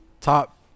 top